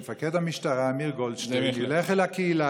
שמפקד המשטרה אמיר גולדשטיין ילך לקהילה